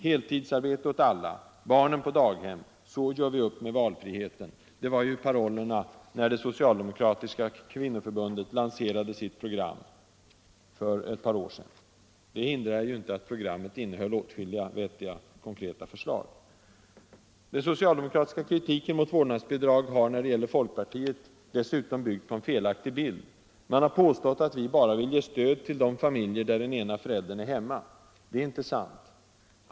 Heltidsarbete åt alla — barnen på daghem =— så gör vi upp med valfriheten. Det var ju parollerna när socialdemokratiska kvinnoförbundet lanserade sitt program för ett par år sedan. Det hindrar inte att programmet innehöll åtskilliga vettiga förslag. Den socialdemokratiska kritiken mot vårdnadsbidrag har, när det gäller folkpartiet, dessutom byggt på en felaktig bild. Man har påstått att vi bara vill ge stöd till de familjer där den ena föräldern är hemma. Det är inte sant.